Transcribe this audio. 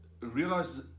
realize